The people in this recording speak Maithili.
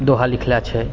दोहा लिखलए छै